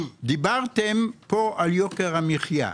דיברתם פה על יוקר המחיה.